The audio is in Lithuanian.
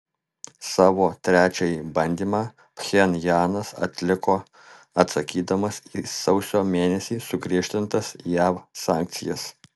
savo trečiąjį bandymą pchenjanas atliko atsakydamas į sausio mėnesį sugriežtintas jav sankcijas